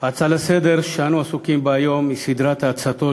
ההצעה לסדר-היום שאנו עוסקים בה היום היא סדרת ההצתות